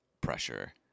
pressure